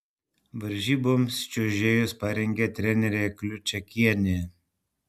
varžyboms čiuožėjus parengė trenerė kliučakienė